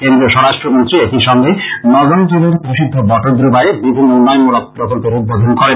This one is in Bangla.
কেন্দ্রীয় স্বরাষ্ট্রমন্ত্রী একই সঙ্গে নগাও জেলার প্রসিদ্ধ বটদ্রবায় বিভিন্ন উন্নয়ন মূলক প্রকল্পের উদ্বোধন করেন